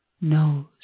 knows